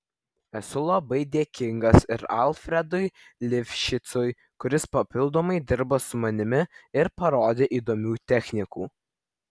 esu labai dėkingas ir alfredui lifšicui kuris papildomai dirba su manimi ir parodė įdomių technikų